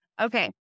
Okay